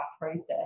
process